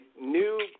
new